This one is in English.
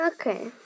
Okay